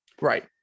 right